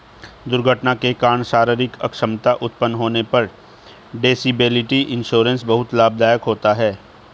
दुर्घटना के कारण शारीरिक अक्षमता उत्पन्न होने पर डिसेबिलिटी इंश्योरेंस बहुत लाभदायक होता है